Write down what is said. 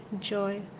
joy